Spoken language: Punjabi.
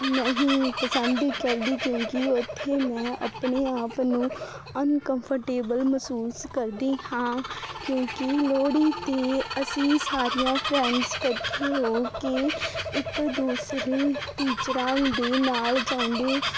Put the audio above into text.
ਨਹੀਂ ਪਸੰਦ ਕਰਦੀ ਕਿਉਂਕੀ ਉੱਥੇ ਮੈਂ ਆਪਣੇ ਆਪ ਨੂੰ ਅਨਕੰਫਰਟੇਬਲ ਮਹਿਸੂਸ ਕਰਦੀ ਹਾਂ ਕਿਉਂਕੀ ਲੋਹੜੀ ਤੇ ਅਸੀਂ ਸਾਰੀਆਂ ਫਰੈਂਡਸ ਇਕੱਠੇ ਹੋ ਕੇ ਇੱਕ ਦੂਸਰੇ ਟੀਚਰਾਂ ਦੇ ਨਾਲ ਜਾਉਂਦੇ